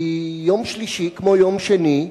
כי יום שלישי, כמו יום שני,